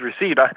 received